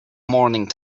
morning